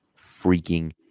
freaking